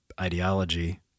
ideology